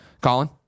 Colin